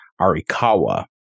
Arikawa